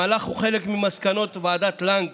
המהלך הוא חלק ממסקנות ועדת לנג